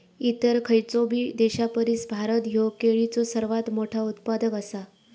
इतर खयचोबी देशापरिस भारत ह्यो केळीचो सर्वात मोठा उत्पादक आसा